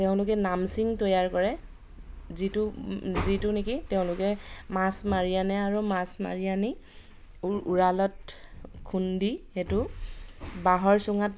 তেওঁলোকে নামচিং তৈয়াৰ কৰে যিটো যিটো নেকি তেওঁলোকে মাছ মাৰি আনে আৰু মাছ মাৰি আনি উ উৰালত খুন্দি সেইটো বাঁহৰ চুঙাত